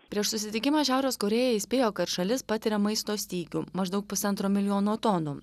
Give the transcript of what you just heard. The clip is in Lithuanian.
prieš susitikimą šiaurės korėja įspėjo kad šalis patiria maisto stygių maždaug pusantro milijono tonų